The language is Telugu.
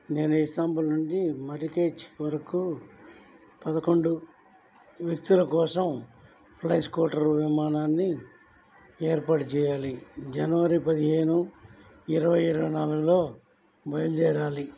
నేను ఇస్తాంబుల్ నుండి మర్రకేచ్ వరకు పదకొండు వ్యక్తుల కోసం ఫ్లై స్కూటర్ విమానాన్ని ఏర్పాటు చేయాలి జనవరి పదిహేను ఇరవై ఇరవై నాలుగులో బయలుదేరాలి